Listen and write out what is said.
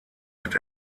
mit